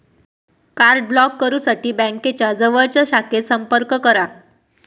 card block करुसाठी बँकेच्या जवळच्या शाखेत संपर्क करा